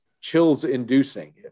chills-inducing